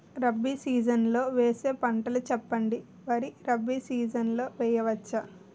Rabi season లో వేసే పంటలు చెప్పండి? వరి రబీ సీజన్ లో వేయ వచ్చా?